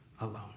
alone